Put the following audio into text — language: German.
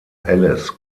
alice